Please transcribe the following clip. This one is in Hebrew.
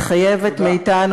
מתחייב מאתנו,